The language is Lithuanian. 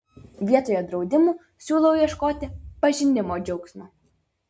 vietoje draudimų siūlau ieškoti pažinimo džiaugsmo